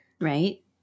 Right